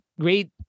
great